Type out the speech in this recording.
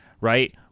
right